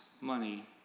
money